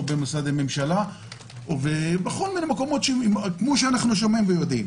במשרדי ממשלה ובכל מיני מקומות שאנחנו שומעים עליהם